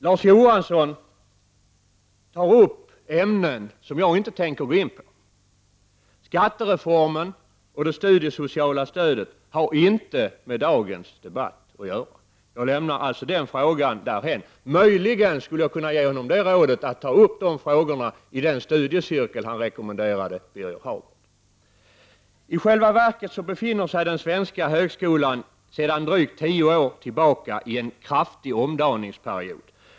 Larz Johansson tar upp ämnen som jag inte tänker gå in på. Skattereformen och det studiesociala stödet har inte med dagens debatt att göra. Jag lämnar därför frågan därhän. Möjligen skulle jag kunna ge det rådet att han tar upp dessa frågor i den studiecirkel som han rekommenderar åt Birger Hagård. I själva verket befinner sig den svenska högskolan sedan drygt tio år tillbaka i en kraftig omdaningsperiod.